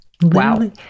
Wow